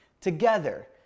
together